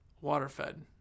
water-fed